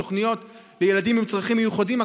תוכניות לילדים עם צרכים מיוחדים.